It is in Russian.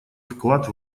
вклад